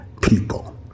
people